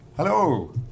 Hello